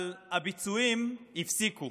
אבל הביצועים הפסיקו,